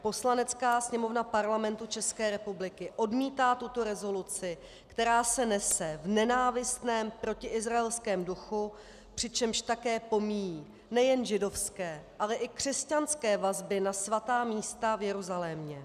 Poslanecká sněmovna Parlamentu České republiky odmítá tuto rezoluci, která se nese v nenávistném protiizraelském duchu, přičemž také pomíjí nejen židovské, ale i křesťanské vazby na svatá místa v Jeruzalémě.